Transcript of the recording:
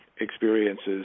experiences